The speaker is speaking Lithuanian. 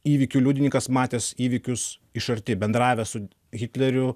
įvykių liudininkas matęs įvykius iš arti bendravęs su hitleriu